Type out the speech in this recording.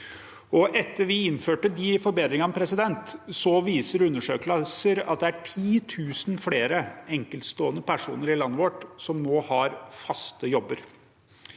Etter at vi innførte de forbedringene, viser undersøkelser at det nå er 10 000 flere enkeltpersoner i landet vårt som har fast jobb.